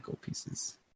pieces